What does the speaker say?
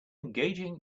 engaging